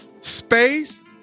space